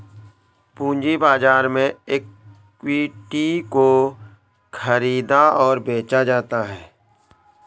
पूंजी बाजार में इक्विटी को ख़रीदा और बेचा जाता है